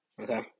okay